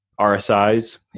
RSIs